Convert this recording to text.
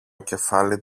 κεφάλι